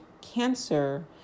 cancer